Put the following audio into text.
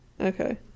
Okay